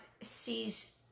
sees